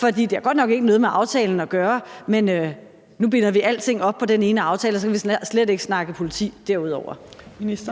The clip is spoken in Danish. det har godt nok ikke noget med aftalen at gøre, men nu binder vi alting op på den ene aftale, og så kan vi slet ikke snakke politi derudover. Kl. 16:56